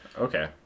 Okay